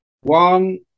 One